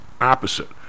opposite